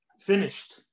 Finished